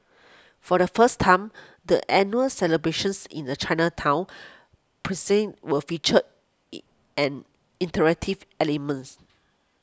for the first time the annual celebrations in the Chinatown precinct will feature in an interactive elements